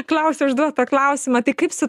klausė užduot tą klausimą tai kaip su